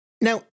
Now